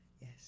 Yes